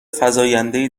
فزایندهای